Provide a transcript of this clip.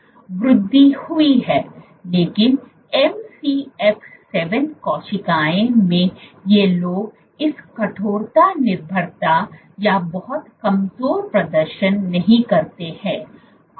वृद्धि हुई है लेकिन MCF 7 कोशिकाओं में ये लोग इस कठोरता निर्भरता या बहुत कमजोर प्रदर्शन नहीं करते हैं